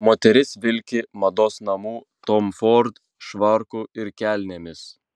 moteris vilki mados namų tom ford švarku ir kelnėmis